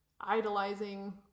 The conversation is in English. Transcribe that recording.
idolizing